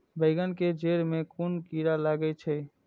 बेंगन के जेड़ में कुन कीरा लागे छै?